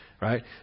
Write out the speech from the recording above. right